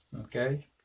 okay